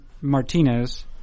Martinez